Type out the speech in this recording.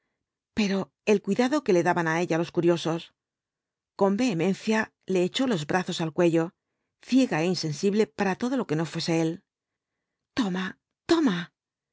pero el cuidado que le daban á ella los curiosos con vehemencia le echó los brazos al cuello ciega é insensible para todo lo que no fuese él toma toma